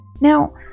Now